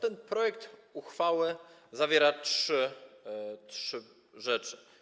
Ten projekt uchwały zawiera trzy rzeczy.